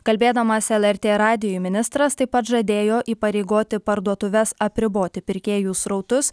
kalbėdamas lrt radijui ministras taip pat žadėjo įpareigoti parduotuves apriboti pirkėjų srautus